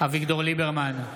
אביגדור ליברמן,